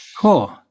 Cool